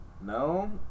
no